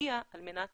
להשקיע על מנת